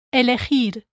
elegir